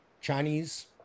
Chinese